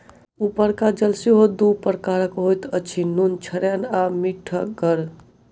उपरका जल सेहो दू प्रकारक होइत अछि, नुनछड़ैन आ मीठगर